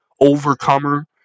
Overcomer